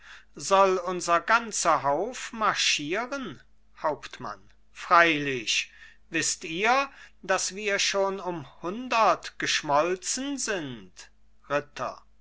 soll unser ganzer hauf marschieren hauptmann freilich wißt ihr daß wir schon um hundert geschmolzen sind ritter